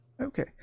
okay